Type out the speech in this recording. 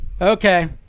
okay